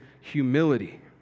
humility